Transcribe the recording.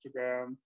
Instagram